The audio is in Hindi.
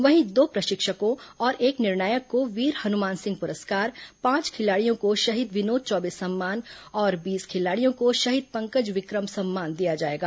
वहीं दो प्रशिक्षकों और एक निर्णायक को वीर हनुमान सिंह पुरस्कार पांच खिलाड़ियों को शहीद विनोद चौबे सम्मान और बीस खिलाड़ियों को शहीद पंकज विक्रम सम्मान दिया जाएगा